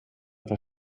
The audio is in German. paar